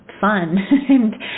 fun